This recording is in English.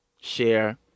share